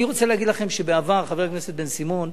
אני רוצה להגיד לכם שבעבר, חבר הכנסת בן-סימון,